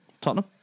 Tottenham